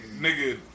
nigga